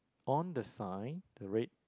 on the sign the red